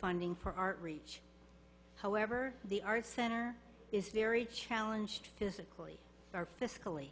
funding for art reach however the arts center is very challenged physically or fiscally